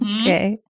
Okay